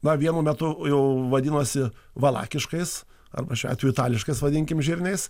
na vienu metu jau vadinosi valakiškais arba šiuo atveju itališkas vadinkim žirniais